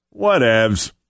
Whatevs